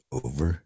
over